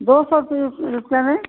दो सौ किलो की रुपये में